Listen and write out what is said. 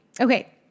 Okay